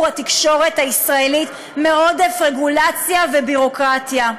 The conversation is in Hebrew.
התקשורת הישראלית מעודף רגולציה וביורוקרטיה,